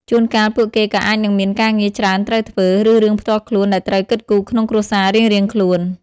ជួនកាល ពួកគេក៏អាចនឹងមានការងារច្រើនត្រូវធ្វើ ឬរឿងផ្ទាល់ខ្លួនដែលត្រូវគិតគូរក្នុងគ្រួសាររៀងៗខ្លួន។